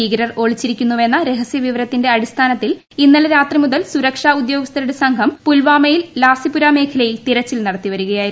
ഭൂീകരർ ഒളിച്ചിരിക്കുന്നുവെന്ന രഹസ്യ വിവരത്തിന്റെ അടിസ്ഥാനത്തിൽ ഇന്നലെ രാത്രി മുതൽ സുരക്ഷാ ഉദ്യോഗസ്ഥരുടെ സംഘം പുൽവാമയിലെ ലാസ്റ്റിപുര മേഖലയിൽ തിരച്ചിൽ നടത്തിവരികയായിരുന്നു